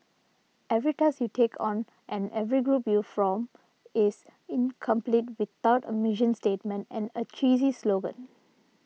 every task you take on and every group you form is incomplete without a mission statement and a cheesy slogan